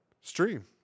stream